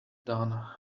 done